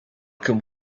can